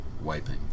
wiping